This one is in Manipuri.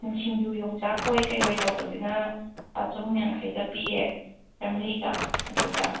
ꯁꯤꯡꯔ꯭ꯎ ꯌꯣꯡꯆꯥꯛ ꯑꯣꯏ ꯀ꯭ꯔꯏꯑꯣꯏ ꯇꯧꯕꯁꯤꯅ ꯂꯨꯄꯥ ꯆꯍꯨꯝ ꯌꯥꯡꯈꯩꯒ ꯄꯤꯌꯦ ꯆꯥꯝꯃꯔꯤꯒ ꯑꯗꯨꯒ